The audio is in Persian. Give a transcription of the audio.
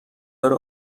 داره